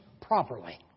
properly